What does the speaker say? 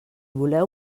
voleu